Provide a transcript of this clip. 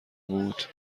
بود